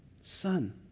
Son